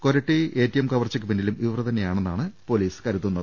Koratty A T M കവർച്ചക്ക് പിന്നിലും ഇവർതന്നെയാ ണെന്നാണ് പൊലീസ് കരുതുന്നത്